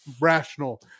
rational